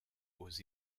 aux